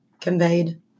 conveyed